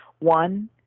One